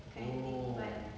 oh